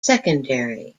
secondary